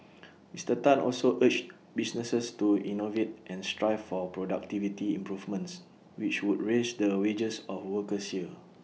Mister Tan also urged businesses to innovate and strive for productivity improvements which would raise the wages of workers here